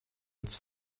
uns